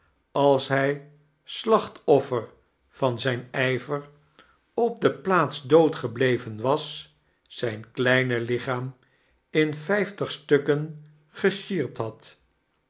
als hij slaohtoffer van zijn ijver op de plaats dood gebleven was zijn kleine liohaam in vijftig stukken gesjierpt had